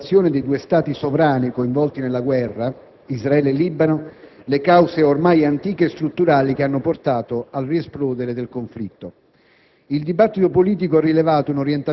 e teso a rimuovere, con la collaborazione dei due Stati sovrani coinvolti nella guerra, Israele e Libano, le cause ormai antiche e strutturali che hanno portato al riesplodere del conflitto.